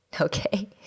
okay